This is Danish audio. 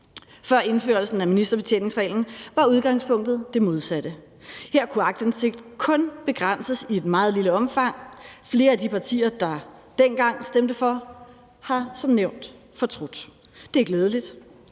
Før indførelsen af ministerbetjeningsreglen var udgangspunktet det modsatte. Her kunne aktindsigt kun begrænses i et meget lille omfang. Flere af de partier, der dengang stemte for, har som nævnt fortrudt. Det er glædeligt,